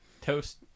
Toast